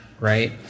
Right